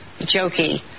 jokey